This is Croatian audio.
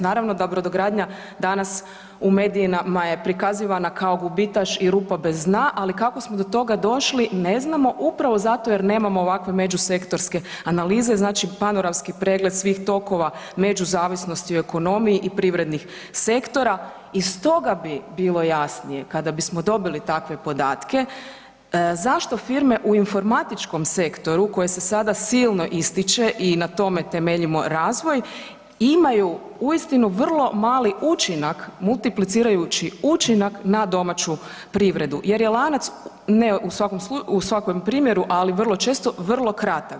Naravno da brodogradnja danas u medijima je prikazivana kao gubitaš ili rupa bez dna, ali kako smo do toga došli ne znamo upravo zato jer nemamo ovakve međusektorske analize znači panoramski pregled svih tokova međuzavisnosti u ekonomiji i privrednih sektora i stoga bi bilo jasnije kada bismo dobili takve podatke zašto firme u informatičkom sektoru koji se sada silno ističe i na tome temeljimo razvoj imaju uistinu vrlo mali učinak multiplicirajući učinak na domaću privredu jer je lanac, ne u svakom primjeru, ali vrlo često vrlo kratak.